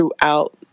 throughout